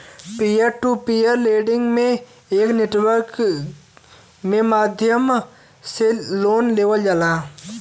peer to peer lending में एक network के माध्यम से लोन लेवल जाला